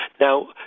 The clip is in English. Now